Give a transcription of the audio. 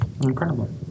Incredible